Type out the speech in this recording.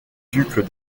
ducs